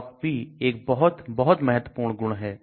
Log P एक बहुत बहुत महत्वपूर्ण गुण है